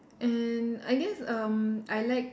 and I guess um I like